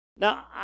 Now